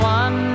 one